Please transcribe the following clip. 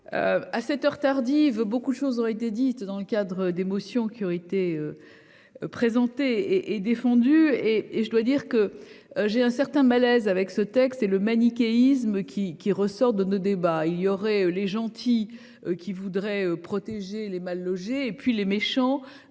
À cette heure tardive, beaucoup de choses ont été dites dans le cadre d'émotions qui aurité. Présenté et défendu et et je dois dire que j'ai un certain malaise avec ce texte et le manichéisme qui qui ressortent de nos débats, il y aurait les gentils qui voudrait protéger les mal logés, et puis les méchants